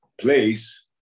place